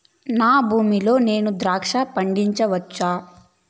నా భూమి లో నేను ద్రాక్ష పండించవచ్చా?